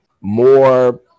more